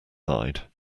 side